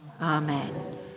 Amen